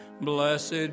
Blessed